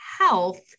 health